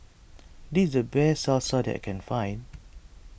this is the best Salsa that I can find